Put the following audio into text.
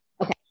Okay